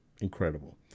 incredible